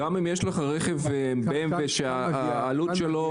גם אם יש לך רכב ב.מ.וו שהעלות שלו